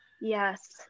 Yes